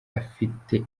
afite